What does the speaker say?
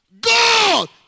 God